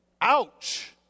Ouch